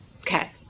Okay